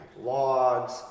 logs